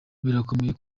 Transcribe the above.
birakomeye